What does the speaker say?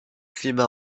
climat